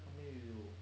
how many you do